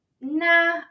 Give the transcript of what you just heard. nah